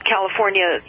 California